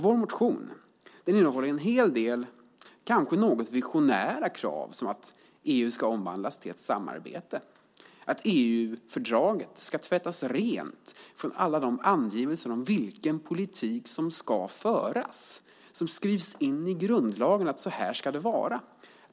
Vår motion innehåller en hel del kanske något visionära krav, som att EU ska omvandlas till ett samarbete, att EU-fördraget ska tvättas rent från alla angivelser om vilken politik som ska föras, att det skrivs in i grundlagen att så här ska det vara.